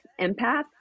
empath